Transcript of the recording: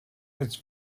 its